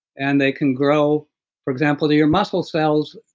and they can grow for example, to your muscle cells,